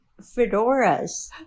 fedoras